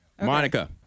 Monica